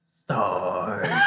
STARS